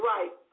Right